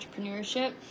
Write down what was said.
entrepreneurship